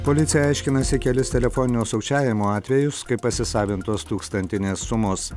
policija aiškinasi kelis telefoninio sukčiavimo atvejus kai pasisavintos tūkstantinės sumos